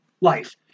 life